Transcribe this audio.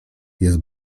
jest